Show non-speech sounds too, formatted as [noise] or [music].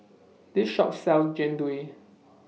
[noise] This Shop sells Jian Dui